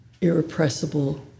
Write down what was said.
irrepressible